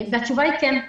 התשובה היא כן.